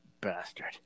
bastard